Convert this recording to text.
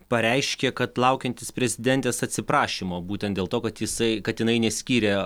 pareiškė kad laukiantis prezidentės atsiprašymo būtent dėl to kad jisai kad jinai neskyrė